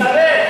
אתה מסלף.